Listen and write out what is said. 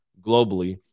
globally